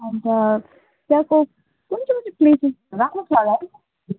अन्त त्यहाँ चाहिँ कुन चाहिँ कुन चाहिँ प्लेसेस राम्रो छ होला है